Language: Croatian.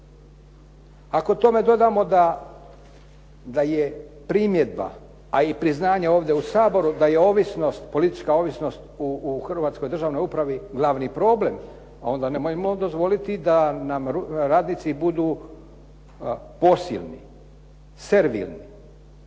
Ako tome dodamo da je primjedba a i priznanje ovdje u Saboru da je ovisnost, politička ovisnost u hrvatskoj državnoj upravi glavni problem a onda nemojmo dozvoliti da nam radnici budu …/Govornik se ne